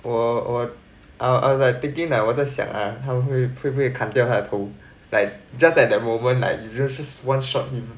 我我 I wasklike thinking like 我在想 lah 他们会不会砍掉他的头 like just at that moment like you just just one shot him